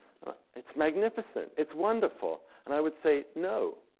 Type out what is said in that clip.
it's magnificent. it's wonderful. and i would say, no,